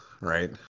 right